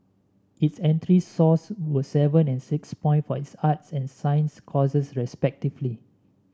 its entry were seven and six point for its arts and science courses respectively